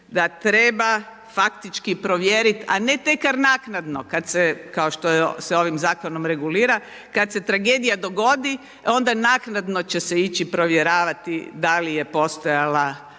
da treba faktički provjeriti a ne tek naknadno kada se kao što se ovim zakonom regulira kada se tragedija dogodi, onda naknadno će se ići provjeravati da li je postojao